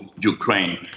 Ukraine